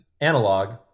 analog